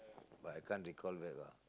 but I can't recall back lah